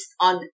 on